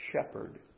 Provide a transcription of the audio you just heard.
shepherd